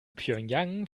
pjöngjang